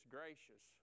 gracious